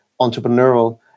entrepreneurial